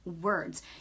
words